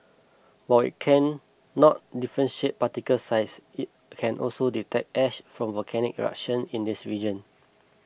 while it cannot differentiate particle size it can also detect ash from volcanic eruption in the region